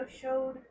showed